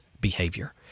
behavior